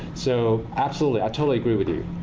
so absolutely. i totally agree with you.